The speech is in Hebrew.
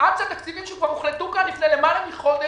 עד שהתקציבים שכבר הוחלטו עליהם כאן לפני למעלה מחודש